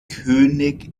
könig